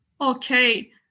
Okay